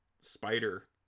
spider